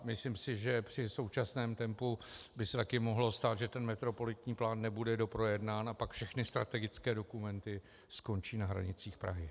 Myslím si, že při současném tempu by se taky mohlo stát, že ten metropolitní plán nebude doprojednán a pak všechny strategické dokumenty skončí na hranicích Prahy.